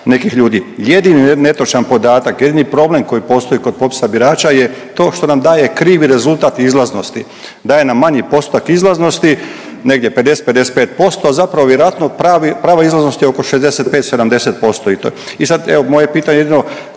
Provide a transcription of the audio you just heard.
nekih ljudi. Jedini netočan podatak, jedini problem koji postoji kod popisa birača je to što nam daje krivi rezultat izlaznosti, daje nam manji postotak izlaznosti negdje 50, 55% a zapravo vjerojatno prava izlaznost je oko 65, 70%. I sad evi moje je pitanje jedino